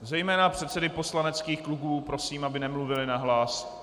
Zejména předsedy poslaneckých klubů prosím, aby nemluvili nahlas.